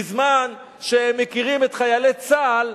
בזמן שהם מכירים את חיילי צה"ל,